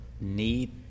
need